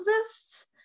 exists